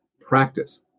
Practice